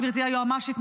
גברתי היועמ"שית,